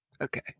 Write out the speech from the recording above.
Okay